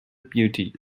beauty